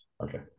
Okay